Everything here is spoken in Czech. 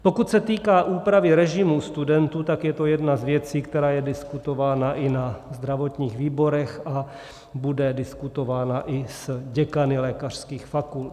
Pokud se týká úpravy režimu studentů, tak je to jedna z věcí, která je diskutována i na zdravotních výborech a bude diskutována i s děkany lékařských fakult.